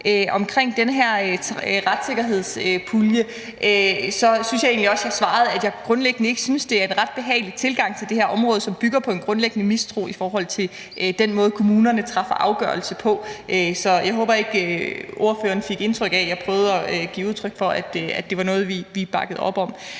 til den her retssikkerhedspulje synes jeg egentlig også, jeg svarede, at jeg grundlæggende ikke synes, det er en ret behagelig tilgang til det her område, at det bygger på en grundlæggende mistro til den måde, kommunerne træffer afgørelser på. Så jeg håber ikke, at ordføreren fik indtryk af, at jeg prøvede at give udtryk for, at det var noget, vi bakkede op om.